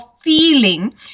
feeling